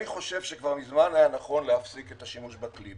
אני חושב שכבר מזמן היה נכון להפסיק את השימוש בכלי.